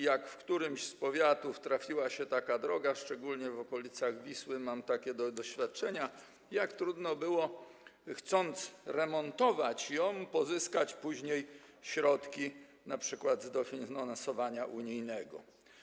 Jak w którymś z powiatów trafiła się taka droga, szczególnie w okolicach Wisły, mam takie doświadczenia, trudno było, jeśli chciało się ją remontować, pozyskać później środki np. z dofinansowania unijnego.